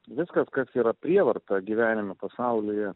viskas kas yra prievarta gyvenime pasaulyje